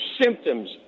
symptoms